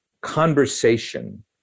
conversation